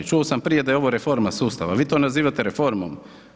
Čuo sam prije da je ovo reforma sustava, vi to nazivate reformom?